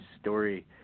story